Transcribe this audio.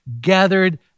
gathered